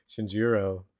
Shinjiro